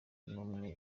numwe